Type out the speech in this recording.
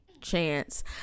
chance